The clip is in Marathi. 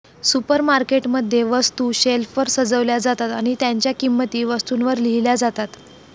सुपरमार्केट मध्ये, वस्तू शेल्फवर सजवल्या जातात आणि त्यांच्या किंमती वस्तूंवर लिहिल्या जातात